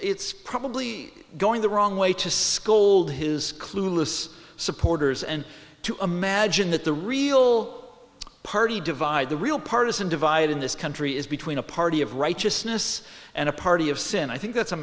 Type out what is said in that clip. it's probably going the wrong way to scold his clueless supporters and to imagine that the real party divide the real partisan divide in this country is between a party of righteousness and a party of sin i think that's a